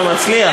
לא מצליח.